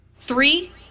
Three